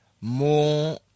more